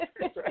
Right